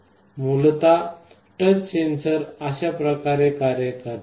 मूलतः touch sensor अशा प्रकारे कार्य करते